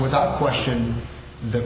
without question the